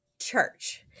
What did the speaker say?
church